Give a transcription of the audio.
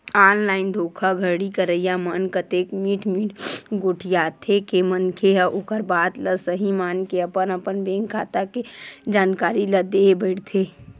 online धोखाघड़ी करइया मन अतेक मीठ मीठ गोठियाथे के मनखे ह ओखर बात ल सहीं मानके अपन अपन बेंक खाता के जानकारी ल देय बइठथे